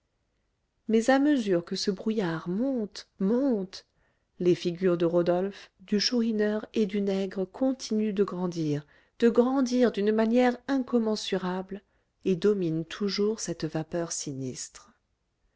mais à mesure que ce brouillard monte monte les figures de rodolphe du chourineur et du nègre continuent de grandir de grandir d'une manière incommensurable et dominent toujours cette vapeur sinistre